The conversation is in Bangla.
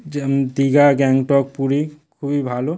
যেমন দীঘা গ্যাংটক পুরী খুবই ভালো